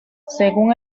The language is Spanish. según